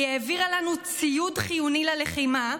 היא העבירה לנו ציוד חיוני ללחימה,